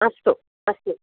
अस्तु अस्तु